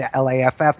Laff